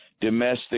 domestic